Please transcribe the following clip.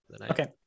Okay